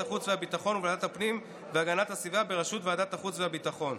החוץ והביטחון ולוועדת הפנים והגנת הסביבה בראשות ועדת החוץ והביטחון.